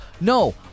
No